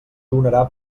donarà